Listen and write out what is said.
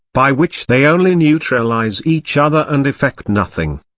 by which they only neutralise each other and effect nothing.